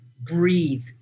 breathe